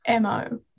MO